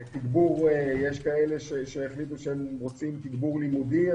יש כאלה שהחליטו שהם רוצים תגבור לימודי,